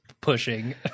pushing